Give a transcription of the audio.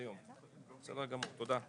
אנחנו דנים היום בישיבת ועדת העבודה והרווחה,